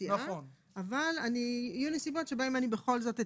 יציאה אבל יהיו נסיבות שבכל זאת אתן,